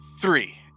Three